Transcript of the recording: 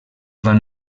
van